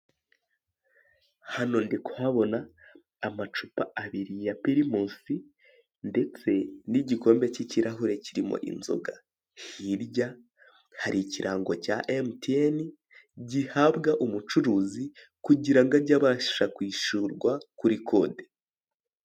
Hano ndi kuhabona amacupa abiri ya pirimusi ndetse n'igikombe cy'ikirahure kirimo inzoga, hirya hari ikirango cya emutiyene gihabwa umucuruzi kugira ngo ajye abashisha kwishyurwa kuri kode.